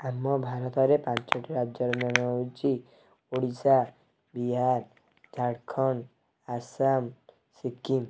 ଆମ ଭାରତରେ ପାଞ୍ଚଟି ରାଜ୍ୟର ନାମ ହେଉଛି ଓଡ଼ିଶା ବିହାର ଝାଡ଼ଖଣ୍ଡ ଆସାମ ସିକିମ୍